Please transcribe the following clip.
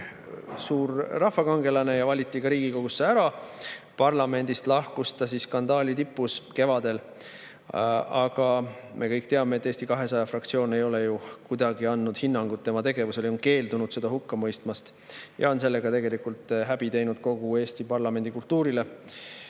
suur rahvakangelane ja valiti ka Riigikogusse. Parlamendist lahkus ta skandaali tipus kevadel. Aga me kõik teame, et Eesti 200 fraktsioon ei ole andnud hinnangut tema tegevusele, on keeldunud seda hukka mõistmast ja on sellega tegelikult häbi teinud kogu Eesti parlamendikultuurile.